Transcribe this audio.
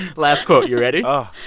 last quote, you ready? oh,